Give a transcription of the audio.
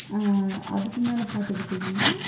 அதுக்கு மேலே பார்த்துக்கிட்டிங்கனா